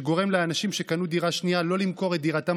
שגורם לאנשים שקנו דירה שנייה לא למכור את דירתם